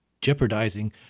jeopardizing